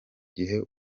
gihe